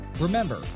Remember